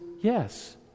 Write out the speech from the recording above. yes